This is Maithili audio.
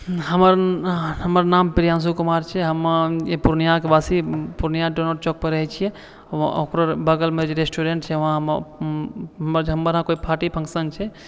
हमर हमर नाम प्रियांशु कुमार छियै हमऽ पूर्णियाके वासी पूर्णिया चौक पर रहै छियै ओकरे बगलमे जे रेस्टुरेंट छै वहाँ हमऽ हमर यहाँ कोइ पार्टी फंक्शन छै